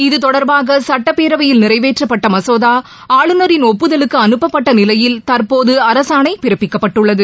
இத்தொடர்பாகசட்டப்பேரவையில் நிறைவேற்றப்பட்டமசோதா ஆளுநரின் ஒப்புதலுக்குஅனுப்பப்பட்டநிலையில் தற்போதுஅரசாணைபிறப்பிக்கப்பட்டுள்ளது